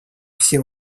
все